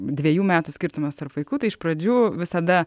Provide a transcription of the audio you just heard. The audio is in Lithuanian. dvejų metų skirtumas tarp vaikų tai iš pradžių visada